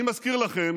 אני מזכיר לכם